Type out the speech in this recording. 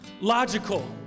logical